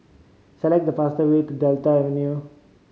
select the fastest way to Delta Avenue